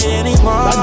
anymore